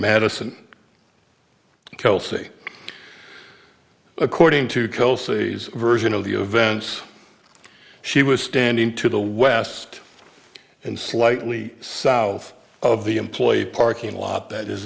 madison kelsey according to cosies version of the events she was standing to the west and slightly south of the employee parking lot that is